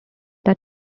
that